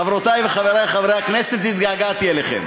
חברותי וחברי הכנסת, התגעגעתי אליכם.